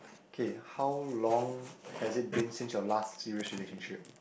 okay how long has it been since your last serious relationship